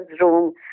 room